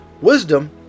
wisdom